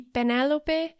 Penelope